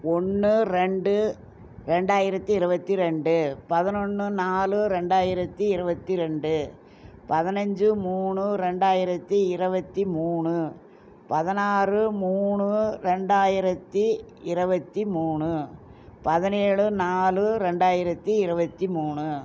ஒன்று ரெண்டு ரெண்டாயிரத்தி இருபத்தி ரெண்டு பதினொன்னு நாலு ரெண்டாயிரத்தி இருபத்தி ரெண்டு பதினஞ்சு மூணு ரெண்டாயிரத்தி இருபத்தி மூணு பதினாறு மூணு ரெண்டாயிரத்தி இருபத்தி மூணு பதினேழு நாலு ரெண்டாயிரத்தி இருபத்தி மூணு